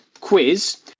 quiz